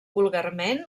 vulgarment